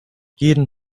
jeden